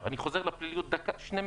אני חוזר לפליליות, שני משפטים: